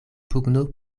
pugno